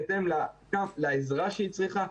בהתאם לעזרה שהיא צריכה,